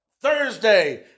Thursday